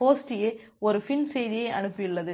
host A ஒரு FIN செய்தியை அனுப்பியுள்ளது